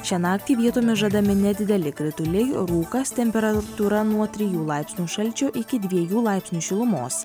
šią naktį vietomis žadami nedideli krituliai rūkas temperatūra nuo trijų laipsnių šalčio iki dviejų laipsnių šilumos